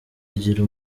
agira